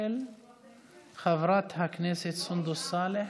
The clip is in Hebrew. של חברת הכנסת סונדוס סאלח,